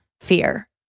fear